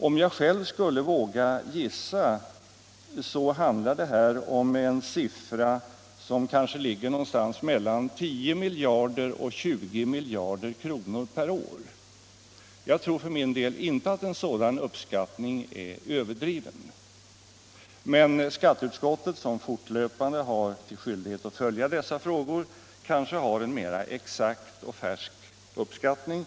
Om jag själv skulle våga gissa, rör det sig om 10-20 miljarder kronor per år. Jag tror för min del att en sådan uppskattning inte är överdriven. Men skatteutskottet, som har skyldighet att fortlöpande följa dessa frågor, kanske har en mer exakt och färsk uppskattning.